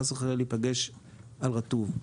חס וחלילה לפגוע על רטוב.